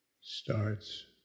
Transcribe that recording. starts